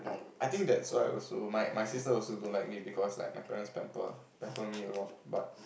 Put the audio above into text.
I think that's why also my my sister also don't like me because like my parents pamper pamper me a lot but